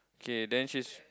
okay then she's